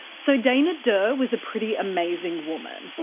so dana dirr was a pretty amazing woman.